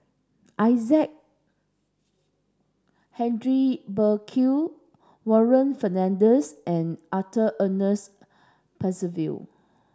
Isaac Henry Burkill Warren Fernandez and Arthur Ernest Percival